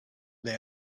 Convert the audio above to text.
they